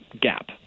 gap